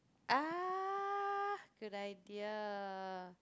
ah good idea